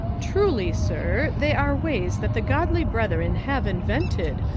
truly, sir, they are ways that the godly brethren have invented,